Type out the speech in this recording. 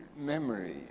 memory